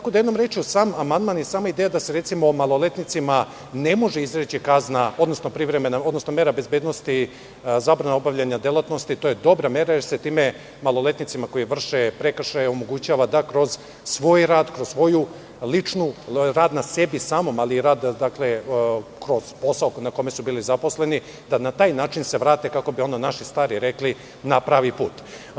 Jednom rečju, sam amandman i sama ideja da se, recimo, maloletnicima ne može izreći mera bezbednosti zabrane obavljanja delatnosti, to je dobra mera jer se time maloletnicima koji vrše prekršaje omogućava da kroz svoj rad, kroz rad na sebi samom, ali i rad kroz posao na kome su bili zaposleni, da se na taj način vrate, kako bi naši stari rekli, na pravi put.